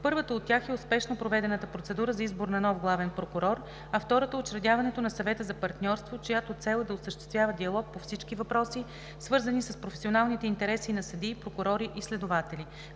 Първата от тях е успешно проведената процедура за избор на нов главен прокурор, а втората е учредяването на Съвета за партньорство, чиято цел е да осъществява диалог по всички въпроси, свързани с професионалните интереси на съдии, прокурори и следователи.